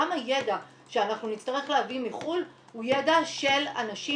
גם הידע שאנחנו נצטרך להביא מחו"ל הוא ידע של אנשים